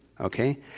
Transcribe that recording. Okay